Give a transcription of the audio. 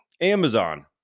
Amazon